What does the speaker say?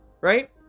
right